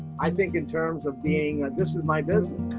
i think in terms of being that this is my business.